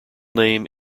name